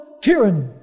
tyranny